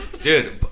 dude